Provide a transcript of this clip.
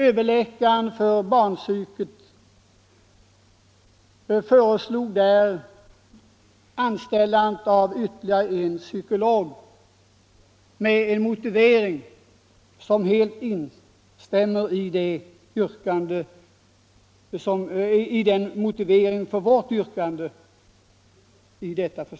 Överläkaren för barnpsykiatriska avdelningen föreslog anställande av ytterligare en psykolog och hade därvid en motivering som helt sammanföll med motiveringen för vårt yrkande här.